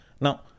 Now